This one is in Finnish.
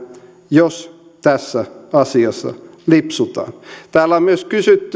jos tässä asiassa lipsutaan täällä on myös